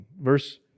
Verse